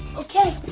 okay